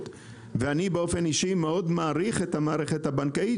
ואני באופן אישי מאוד מעריך את המערכת הבנקאית,